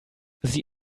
sie